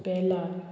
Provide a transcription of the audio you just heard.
बेलार